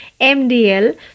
MDL